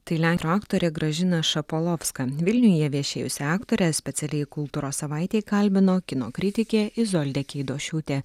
tai lenkų aktorė gražina šapolovska vilniuje viešėjusią aktorę specialiai kultūros savaitei kalbino kino kritikė izolda keidošiūtė